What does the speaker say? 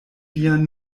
vian